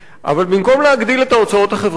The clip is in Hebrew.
אבל במקום להגדיל את ההוצאות החברתיות,